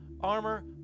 armor